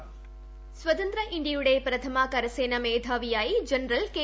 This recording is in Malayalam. വോയ്സ് സ്വതന്ത്ര ഇന്ത്യയുടെ പ്രഥമ കരസേന മേധാവിയായി ജനറൽ കെ